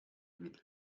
with